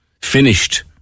finished